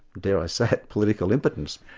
dare i say it, political impotence.